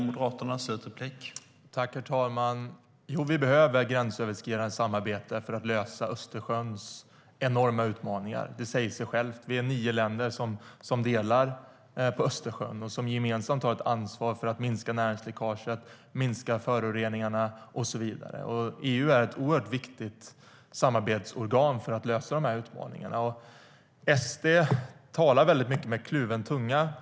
Herr talman! Vi behöver gränsöverskridande samarbete för att lösa Östersjöns enorma utmaningar. Det säger sig självt. Vi är nio länder som delar på Östersjön och gemensamt tar ett ansvar för att minska näringsläckaget, föroreningarna och så vidare. EU är ett oerhört viktigt samarbetsorgan för att lösa de utmaningarna. SD talar väldigt mycket med kluven tunga.